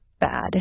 bad